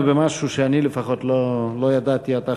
במשהו שאני לפחות לא ידעתי עד עכשיו,